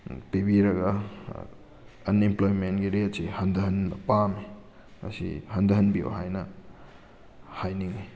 ꯄꯤꯕꯤꯔꯒ ꯑꯟꯑꯦꯝꯄ꯭ꯂꯣꯏꯃꯦꯟꯒꯤ ꯔꯦꯠꯁꯤ ꯍꯟꯊꯍꯟꯕ ꯄꯥꯝꯃꯤ ꯃꯁꯤ ꯍꯟꯊꯍꯟꯕꯤꯌꯨ ꯍꯥꯏꯅ ꯍꯥꯏꯅꯤꯡꯉꯤ